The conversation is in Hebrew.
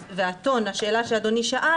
השאלה שאדוני שאל